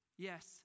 Yes